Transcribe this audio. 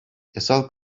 yasal